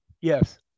yes